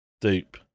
Dupe